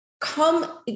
come